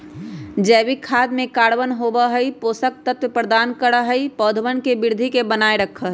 जैविक खाद में कार्बन होबा हई ऊ पोषक तत्व प्रदान करा हई और पौधवन के वृद्धि के बनाए रखा हई